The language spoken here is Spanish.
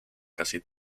casi